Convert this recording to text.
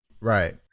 Right